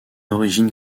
origine